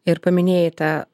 ir paminėjai tą